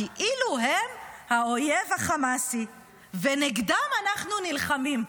כאילו הם האויב החמאסי ונגדם אנחנו נלחמים.